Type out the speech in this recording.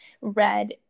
red